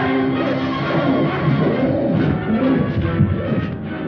i don't know